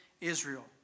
Israel